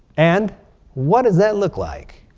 and what does that look like?